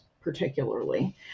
particularly